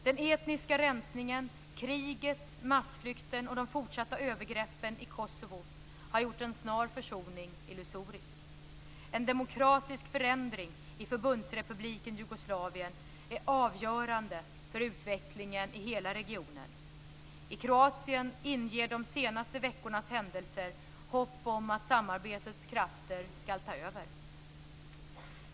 Den etniska rensningen, kriget, massflykten och de fortsatta övergreppen i Kosovo har gjort en snar försoning illusorisk. En demokratisk förändring i Förbundsrepubliken Jugoslavien är avgörande för utvecklingen i hela regionen. I Kroatien inger de senaste veckornas händelser hopp om att samarbetets krafter ska ta över.